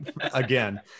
again